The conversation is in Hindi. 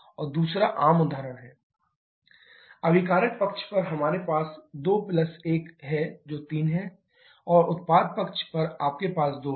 और दूसरा आम उदाहरण 2H2 O2 → 2H2O अभिकारक पक्ष पर हमारे पास 21 है जो 3 है और उत्पाद पक्ष पर आपके पास 2 है